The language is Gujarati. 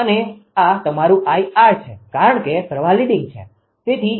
અને આ તમારું 𝐼𝑟 છે કારણ કે પ્રવાહ લીડીંગ છે